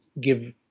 give